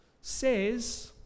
says